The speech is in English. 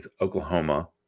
Oklahoma